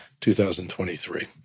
2023